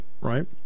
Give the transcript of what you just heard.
right